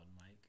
Mike